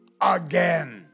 again